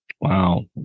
Wow